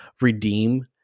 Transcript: redeem